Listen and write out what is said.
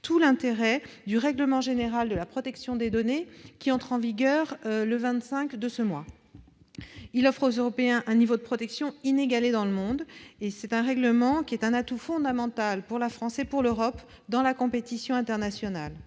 tout l'intérêt du règlement général de la protection des données, qui entre en vigueur le 25 de ce mois. Il offre aux Européens un niveau de protection inégalée dans le monde, et c'est un atout fondamental pour la France et l'Europe dans la compétition internationale.